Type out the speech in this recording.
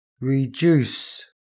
reduce